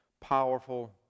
powerful